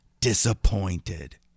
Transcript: disappointed